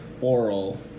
oral